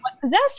possessed